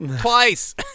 twice